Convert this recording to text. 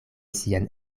sian